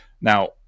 now